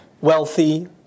wealthy